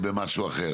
דקה.